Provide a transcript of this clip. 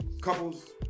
couples